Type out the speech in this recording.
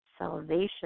salvation